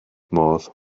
modd